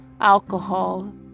alcohol